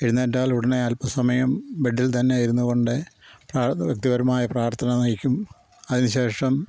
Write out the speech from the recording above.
എഴുന്നേറ്റാൽ ഉടനെ അല്പസമയം ബെഡിൽ തന്നെ ഇരുന്നുകൊണ്ട് പ്ര വ്യക്തിപരമായ പ്രാർത്ഥന നയിക്കും അതിനുശേഷം